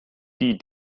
die